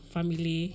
Family